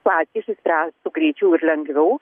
patys išspręstų greičiau ir lengviau